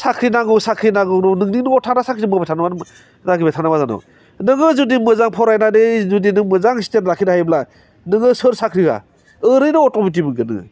साख्रि नांगौ साख्रि नांगौ नोंनि न'आव थाना साख्रि नागिरबाय थाना मा जानो नोङो जुदि मोजां फरायनानै जुदि नों मोजां स्तेन्द लाखिनो हायोब्ला नोङो सोर साख्रि होआ ओरैनो अटमेटिक मोनगोन नोङो